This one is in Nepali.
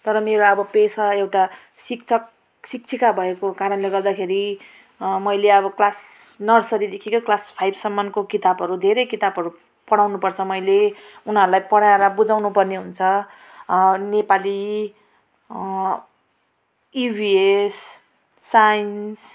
तर मेरो अब पेसा एउटा शिक्षक शिक्षिका भएको कारणले गर्दाखेरि मैले अब क्लास नर्सरीदेखिकै क्लास फाइभसम्मको किताबहरू धेरै किताबहरू पढाउनुपर्छ मैले उनीहरूलाई पढाएर बुझाउनुपर्ने हुन्छ नेपाली इभिएस साइन्स